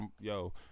Yo